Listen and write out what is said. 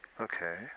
Okay